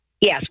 Yes